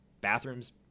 Bathrooms